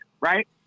Right